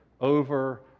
over